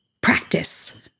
practice